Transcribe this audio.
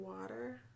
water